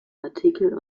artikel